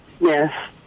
Yes